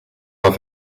auf